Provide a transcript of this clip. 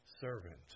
servant